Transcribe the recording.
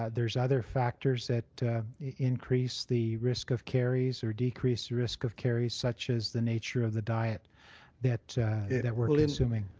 ah there's other factors that increase the risk of carries or decreases the risk of carries such as the nature of the diet that that we're consuming.